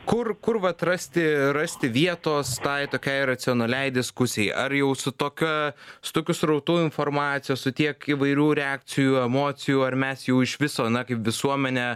kur kur vat rasti rasti vietos tai tokiai racionaliai diskusijai ar jau su tokia su tokiu srautu informacijos su tiek įvairių reakcijų emocijų ar mes jau iš viso na kaip visuomenė